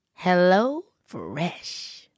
HelloFresh